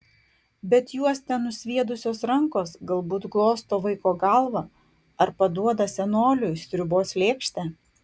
bet juos ten nusviedusios rankos galbūt glosto vaiko galvą ar paduoda senoliui sriubos lėkštę